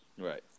Right